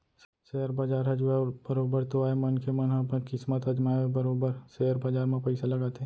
share बजार ह जुआ बरोबर तो आय मनखे मन ह अपन किस्मत अजमाय बरोबर सेयर बजार म पइसा लगाथे